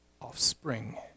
offspring